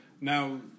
now